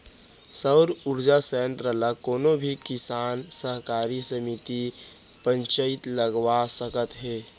सउर उरजा संयत्र ल कोनो भी किसान, सहकारी समिति, पंचईत लगवा सकत हे